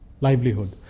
livelihood